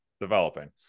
developing